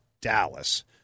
Dallas